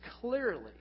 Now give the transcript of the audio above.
clearly